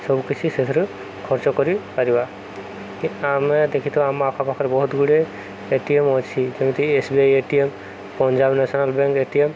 ସବୁ କିିଛି ସେଥିରୁ ଖର୍ଚ୍ଚ କରିପାରିବା ଆମେ ଦେଖିଥାଉ ଆମ ଆଖପାଖରେ ବହୁତ ଗୁଡ଼ିଏ ଏଟିଏମ୍ ଅଛି ଯେମିତି S B I A T M Punjab National Bank A T M